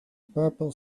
purple